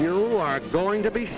you are going to be